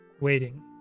waiting